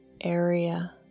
area